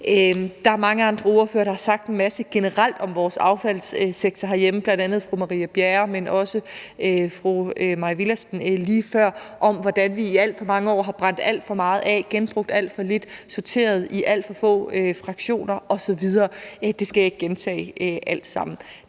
Der er mange andre ordførere, der har sagt en masse generelt om vores affaldssektor herhjemme, bl.a. fru Marie Bjerre, men også fru Mai Villadsen lige før, og om, hvordan vi i alt for mange år har brændt alt for meget, genbrugt alt for lidt, sorteret i alt for få fraktioner osv. – det skal jeg ikke gentage alt sammen.